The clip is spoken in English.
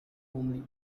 homely